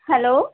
hello